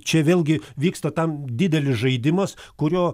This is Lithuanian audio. čia vėlgi vyksta tam didelis žaidimas kurio